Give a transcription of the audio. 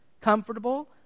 comfortable